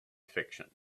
fiction